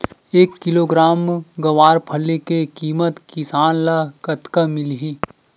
एक किलोग्राम गवारफली के किमत किसान ल कतका मिलही?